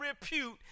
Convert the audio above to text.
repute